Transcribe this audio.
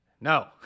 No